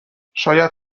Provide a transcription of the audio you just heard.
شاید